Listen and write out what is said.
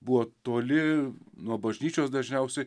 buvo toli nuo bažnyčios dažniausiai